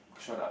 shut up